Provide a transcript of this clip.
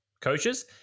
coaches